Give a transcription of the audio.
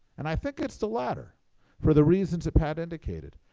and i think it's the latter for the reasons that pat indicated.